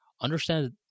Understand